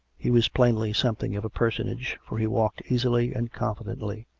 he was plainly something of a personage, for he walked easily and confidently.